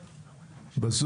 בבקשה.